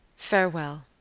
farewell.